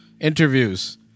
interviews